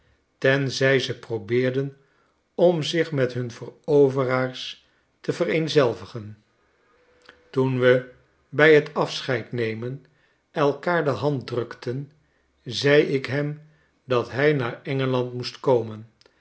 tenzij ze probeerden om zich met hun veroveraars te vereenzelvigen toen we bij t afscheid nemen elkaar de hand drukten zei ik hem dat hij naar e